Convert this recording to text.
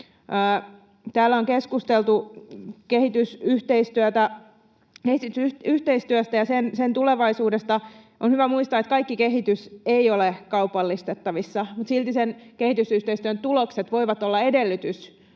Täällä on keskusteltu kehitysyhteistyöstä ja sen tulevaisuudesta. On hyvä muistaa, että kaikki kehitys ei ole kaupallistettavissa, mutta silti kehitysyhteistyön tulokset voivat olla edellytys minkään